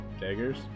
daggers